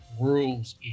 rules